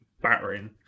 battering